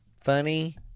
Funny